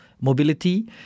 mobility